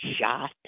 shot